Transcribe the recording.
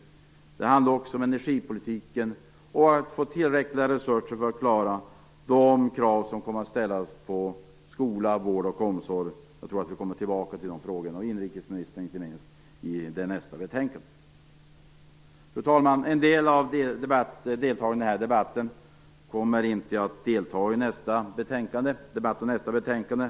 Det handlar också om energipolitiken och om att få tillräckliga resurser för att klara de krav som kommer att ställas på skola, vård och omsorg. Jag tror att vi kommer tillbaka till de frågorna, inte minst inrikesministern, i debatten om nästa betänkande. Fru talman! En del av deltagarna i den här debatten kommer inte att delta i debatten om nästa betänkande.